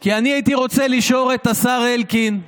כי הייתי רוצה לשאול את השר אלקין,